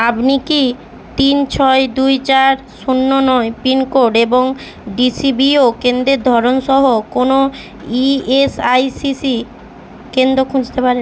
আপনি কি তিন ছয় দুই চার শূন্য নয় পিনকোড এবং ডিসিবিও কেন্দ্রের ধরন সহ কোনও ইএসআইসিসি কেন্দ্র খুঁজতে পারেন